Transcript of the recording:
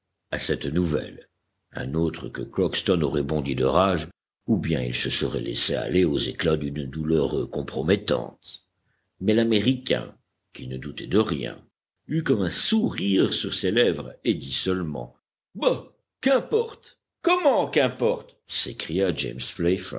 cette nouvelle un autre que crockston aurait bondi de rage ou bien il se serait laissé aller aux éclats d'une douleur compromettante mais l'américain qui ne doutait de rien eut comme un sourire sur ses lèvres et dit seulement bah qu'importe